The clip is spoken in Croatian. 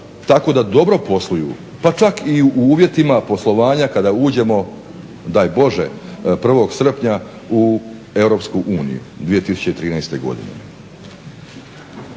tako da dobro posluju pa čak i u uvjetima poslovanja kada uđemo daj Bože 1. srpnja u EU 2013. godine.